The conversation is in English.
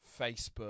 Facebook